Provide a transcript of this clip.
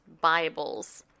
Bibles